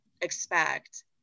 expect